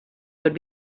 would